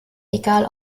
egal